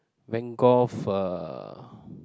Van-Gogh uh